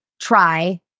try